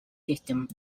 system